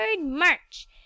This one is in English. march